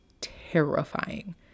terrifying